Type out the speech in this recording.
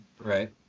Right